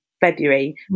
February